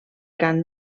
cant